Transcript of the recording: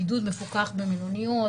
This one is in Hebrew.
בידוד מפוקח במלוניות,